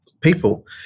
people